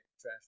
trash